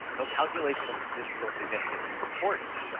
though calculation of statistical significance is important,